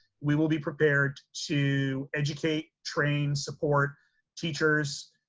we will be prepared to educate, train, support teachers,